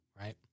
Right